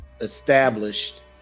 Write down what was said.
established